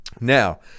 Now